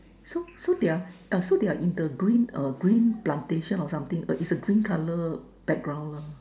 so so their so their so their in the green uh green green plantation or something it's green colour background lah